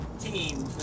team